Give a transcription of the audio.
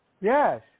Yes